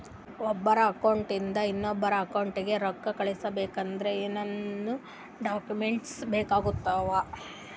ಒಬ್ಬರ ಅಕೌಂಟ್ ಇಂದ ಇನ್ನೊಬ್ಬರ ಅಕೌಂಟಿಗೆ ರೊಕ್ಕ ಕಳಿಸಬೇಕಾದ್ರೆ ಏನೇನ್ ಡಾಕ್ಯೂಮೆಂಟ್ಸ್ ಬೇಕಾಗುತ್ತಾವ?